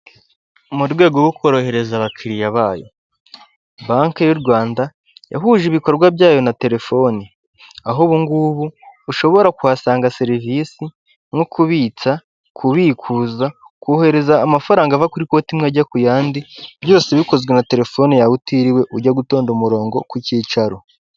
Mu rwego rwo korohereza abakiliya bayo, banki y'u Rwanda yahuje ibikorwa byayo na telefoni aho ubu ngubu ushobora kuhasanga serivisi nko kubitsa, kubikuza, kohereza amafaranga ava kuri koti imwe ajya ku yandi byose bikozwe na telefone yawe utiriwe ujya gutonda umurongo ku cyicaro.